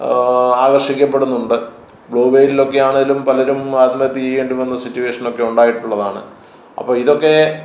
ആകർഷിക്കപ്പെടുന്നുണ്ട് blue വെയിലിലൊക്കെ ആണേങ്കിലും പലരും ആത്മഹത്യ ചെയ്യേണ്ടിവന്ന സിറ്റുവേഷനൊക്കെ ഉണ്ടായിട്ടുള്ളതാണ് അപ്പോൾ ഇതൊക്കെ